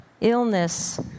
illness